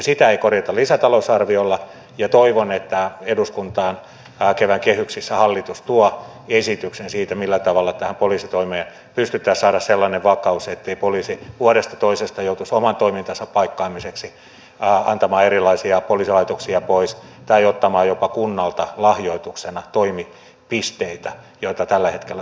sitä ei korjata lisätalousarviolla ja toivon että eduskuntaan kevään kehyksissä hallitus tuo esityksen siitä millä tavalla tähän poliisitoimeen pystytään saamaan sellainen vakaus ettei poliisi vuodesta toiseen joutuisi oman toimintansa paikkaamiseksi antamaan erilaisia poliisilaitoksia pois tai ottamaan jopa kunnalta lahjoituksena toimipisteitä mitä tällä hetkellä suomessa tapahtuu